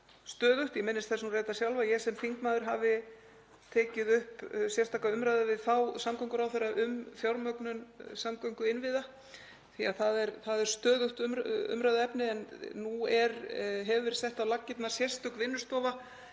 stöðugt. Ég minnist þess nú reyndar sjálf að ég sem þingmaður hafi tekið upp sérstaka umræðu við þáverandi samgönguráðherra um fjármögnun samgönguinnviða því að það er stöðugt umræðuefni. En nú hefur verið sett á laggirnar sérstök vinnustofa